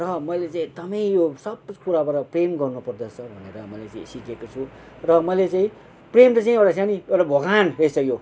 र मैले चाहिँ एकदमै यो सब कुराबाट प्रेम गर्नुपर्दो रहेछ भनेर मैले चाहिँ सिकेको छु र मैले चाहिँ प्रेम नि एउटा भगवान् रहेछ यो